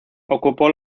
ocupó